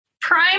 prime